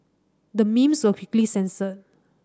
the memes were quickly censored